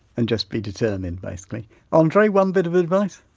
and just be determined basically. andre, one bit of advice?